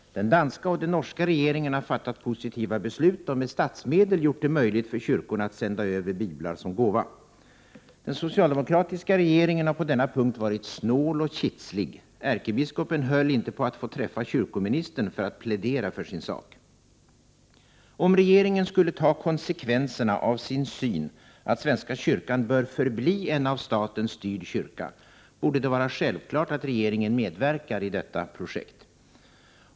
Den danska och den norska regeringen har fattat positiva beslut och med statsmedel gjort det möjligt för kyrkorna att sända över biblar som gåva. Den socialdemokratiska regeringen har på denna punkt varit snål och kitslig. Ärkebiskopen höll på att inte få träffa kyrkoministern för att plädera för sin sak. Om regeringen skulle ta konsekvenserna av sin syn att svenska kyrkan bör förbli en av staten styrd kyrka, borde det vara självklart att regeringen medverkar i detta projekt.